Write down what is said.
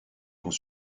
quand